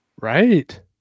Right